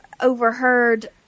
overheard